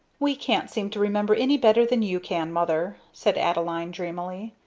we can't seem to remember any better than you can, mother, said adeline, dreamily.